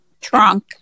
trunk